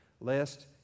lest